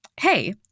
hey